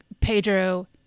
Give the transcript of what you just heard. Pedro